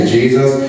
Jesus